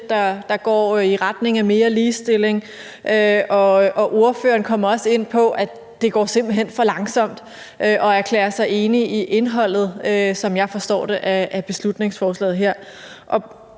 der går i retning af mere ligestilling. Og ordføreren kommer også ind på, at det simpelt hen går for langsomt, og erklærer sig enig i indholdet, som jeg forstår det, af beslutningsforslaget her.